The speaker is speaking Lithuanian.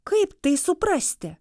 kaip tai suprasti